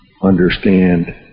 understand